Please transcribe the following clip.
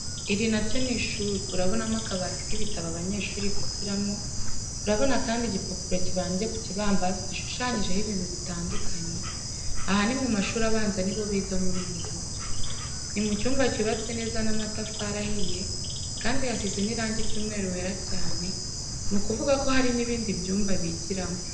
Iri naryo nishuri urabonamo akabati kibitabo abanyeshuri bigiramo urabona kandi igipaporo kibambye kukibambasi gishushanyijeho ibintu bitandukanye aha nimumashuri abanza nibo biga murububuryo. nimucyumba cyubatse neza namatafari ahiye kandi hasize nirangi ryumweru wera cyane nukuvugako hari nibindi byumba bigiramo.